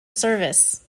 service